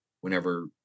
whenever